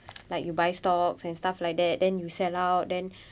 like you buy stocks and stuff like that then you sell out then